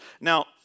Now